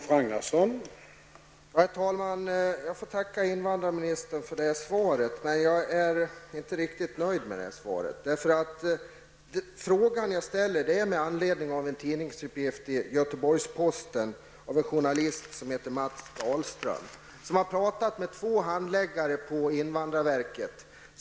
Herr talman! Jag får tacka invandrarministern för svaret, men jag är inte riktigt nöjd med det. Jag ställer denna fråga med anledning av en tidningsuppgift i Göteborgsposten av en journalist som heter Mats Dahlström. Han har talat med två handläggare på invandrarverket.